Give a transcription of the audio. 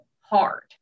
hard